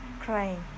crying